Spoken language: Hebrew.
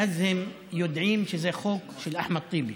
ואז הם יודעים שזה חוק של אחמד טיבי,